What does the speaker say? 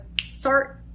start